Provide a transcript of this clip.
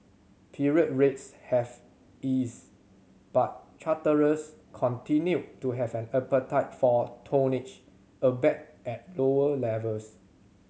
period rates have ease but charterers continued to have an appetite for tonnage albeit at lower levels